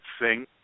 sing